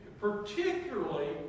particularly